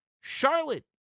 Charlotte